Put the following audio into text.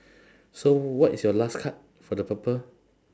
so what is your last card for the purple